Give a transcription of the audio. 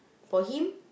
for him